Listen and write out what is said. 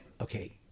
okay